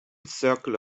circle